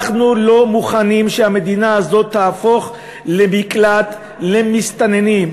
אנחנו לא מוכנים שהמדינה הזאת תהפוך למקלט למסתננים,